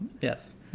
Yes